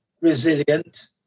resilient